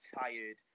tired